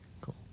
cool